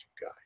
guy